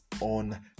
on